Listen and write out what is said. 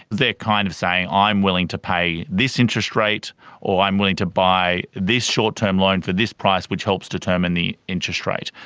they're kind of saying i'm willing to pay this interest rate or i'm willing to buy this short term loan for this price which helps determine the interest rate.